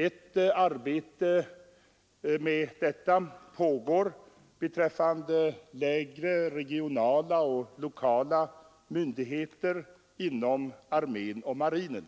Ett arbete härmed pågår beträffande lägre regionala och lokala myndigheter inom armén och marinen.